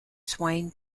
swain